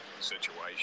situation